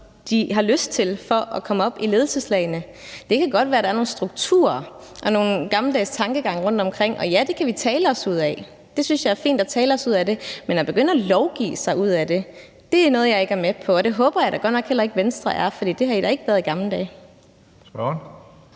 ønske sig, for at komme op i ledelseslagene. Det kan godt være, der er nogle strukturer og nogle gammeldags tankegange rundtomkring, og ja, det kan vi tale os ud af – jeg synes, det er fint, at vi taler os ud af det – men at begynde at lovgive sig ud af det, er jeg ikke med på, og det håber jeg da godt nok heller ikke at Venstre er, for det har I da ikke været i gamle dage.